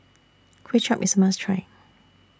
Kway Chap IS A must Try